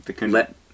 let